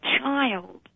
child